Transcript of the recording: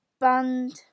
band